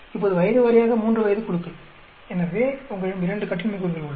இப்போது வயது வாரியாக மூன்று வயது குழுக்கள் எனவே உங்களிடம் 2 கட்டின்மை கூறுகள் உள்ளது